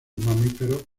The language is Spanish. mamíferos